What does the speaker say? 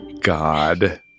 god